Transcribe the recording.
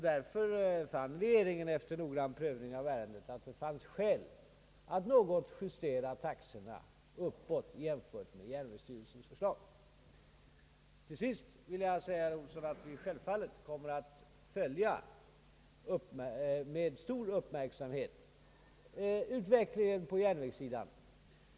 Därför fann regeringen, efter noggrann prövning av ärendet, att det förelåg skäl att något justera taxorna uppåt jämfört med järnvägsstyrelsens förslag. Slutligen vill jag säga till herr Olsson, att vi självfallet kommer att med stor uppmärksamhet följa utvecklingen på järnvägssidan.